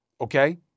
okay